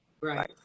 Right